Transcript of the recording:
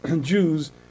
Jews